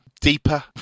deeper